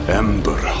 ember